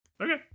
Okay